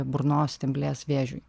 burnos stemplės vėžiui